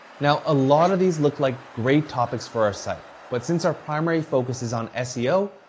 now, a lot of these look like great topics for our site, but since our primary focus is on seo,